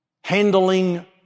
Handling